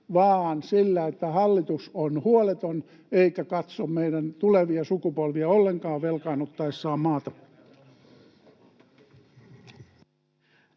tai sodalla, vaan hallitus on huoleton eikä katso meidän tulevia sukupolvia ollenkaan velkaannuttaessaan maata.